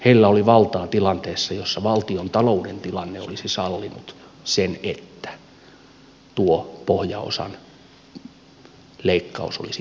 heillä oli valtaa tilanteessa jossa valtiontalouden tilanne olisi sallinut sen että tuo pohjaosan leikkaus olisi pysäytetty